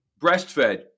breastfed